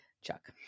Chuck